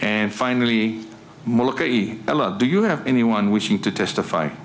and finally i love do you have anyone wishing to testify